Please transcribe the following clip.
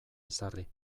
ezarri